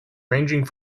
ranging